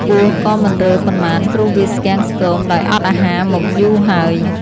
ពស់ក៏មិនរើប៉ុន្មានព្រោះវាស្គាំងស្គមដោយអត់អាហារមកយូរហើយ។